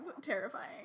terrifying